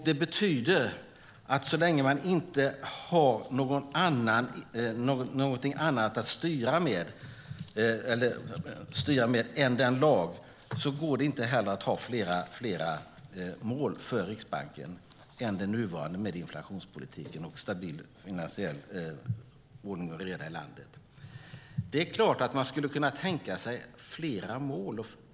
Det betyder att så länge man inte har något annat att styra med än den lagen går det inte heller att ha flera mål för Riksbanken utöver det nuvarande med inflationspolitiken och en stabil finansiell ordning och reda i landet. Det är klart att man skulle kunna tänka sig flera mål.